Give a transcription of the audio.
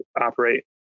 operate